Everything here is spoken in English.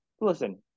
listen